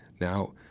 Now